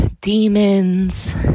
Demons